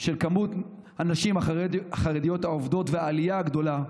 על מספר הנשים החרדיות העובדות והעלייה הגדולה.